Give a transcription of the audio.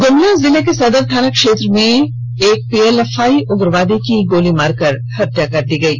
ग्मला जिले के सदर थाना क्षेत्र मेंएक पीएलएफआई उग्रवादी को गोली मारकर हत्या कर दी गयी